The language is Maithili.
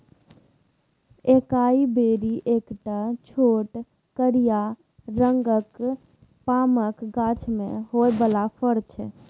एकाइ बेरी एकटा छोट करिया रंगक पामक गाछ मे होइ बला फर छै